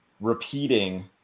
repeating